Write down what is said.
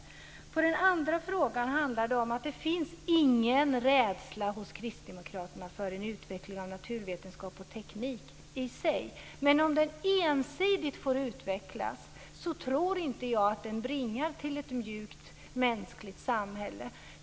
Vad gäller den andra frågan kan jag säga att det inte finns någon rädsla hos kristdemokraterna för en utveckling i sig av naturvetenskap och teknik. Men om den ensidigt får utvecklas tror inte jag att den bringar till ett mjukt och mänskligt samhälle.